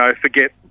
forget